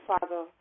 Father